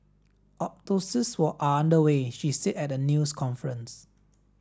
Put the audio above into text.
autopsies were under way she said at a news conference